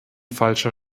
falscher